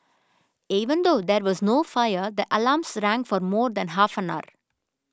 even though there was no fire the alarms rang for more than half an hour